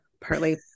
partly